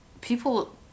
people